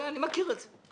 אני מכיר את זה.